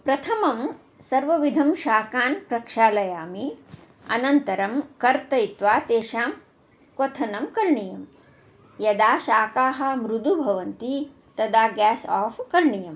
प्रथमं सर्वविधं शाकान् प्रक्षालयामि अनन्तरं कर्तयित्वा तेषां क्वथनं करणीयं यदा शाकाः मृदुः भवन्ति तदा गेस् आफ् करणीयम्